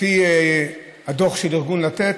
לפי הדוח של ארגון לתת,